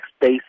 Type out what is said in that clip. space